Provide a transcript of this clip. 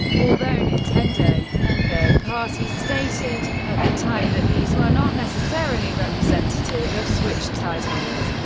although nintendo and third-parties stated at that time that these were not necessarily representative of switch titles,